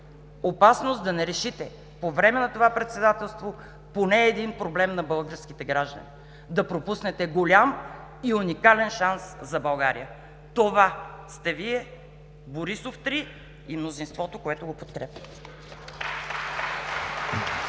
опасност да не решите по време на това председателство поне един проблем на българските граждани, да пропуснете голям и уникален шанс за България. Това сте Вие – Борисов 3 и мнозинството, което го подкрепя.